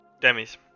Demi's